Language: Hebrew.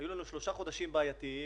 היו לנו שלושה חודשים בעייתיים,